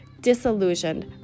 disillusioned